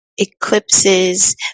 eclipses